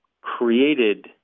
created